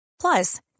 plus